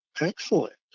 excellent